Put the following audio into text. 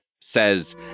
says